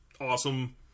awesome